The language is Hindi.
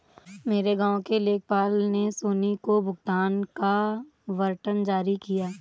मेरे गांव के लेखपाल ने सोनी को भुगतान का वारंट जारी किया